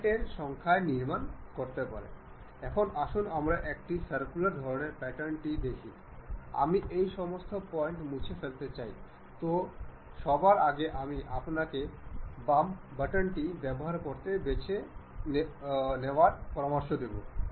সুতরাং আমাদের দুটি সার্কেল বাছাই করতে হবে যা একে অপরের উপর কনসেন্ট্রিক হতে হবে